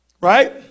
right